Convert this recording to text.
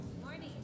Morning